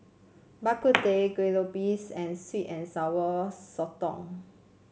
Bak Kut Teh Kue Lupis and sweet and Sour Sotong